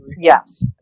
Yes